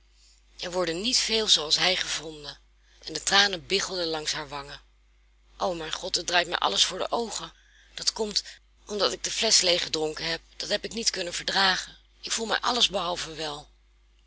er worden er niet veel zooals hij gevonden en de tranen biggelden haar langs de wangen o mijn god het draait mij alles voor de oogen dat komt omdat ik de flesch leeggedronken heb dat heb ik niet kunnen verdragen ik voel mij alles behalve wel